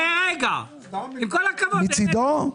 מצידו,